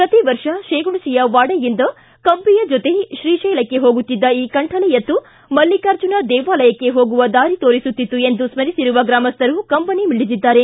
ಪ್ರತಿ ವರ್ಷ ಶೇಗುಣಸಿಯ ವಾಡೆಯಿಂದ ಕಂಬಿಯ ಜೊತೆ ಶ್ರೀಶೈಲಕ್ಕೆ ಹೋಗುತ್ತಿದ್ದ ಈ ಕಂಠಲಿ ಎತ್ತು ಮಲ್ಲಿಕಾರ್ಜುನ ದೇವಾಲಯಕ್ಕೆ ಹೋಗುವ ದಾರಿ ತೋರಿಸುತ್ತಿತ್ತು ಎಂದು ಸ್ಮರಿಸಿರುವ ಗ್ರಾಮಸ್ಠರು ಕಂಬನಿ ಮಿಡಿದಿದ್ದಾರೆ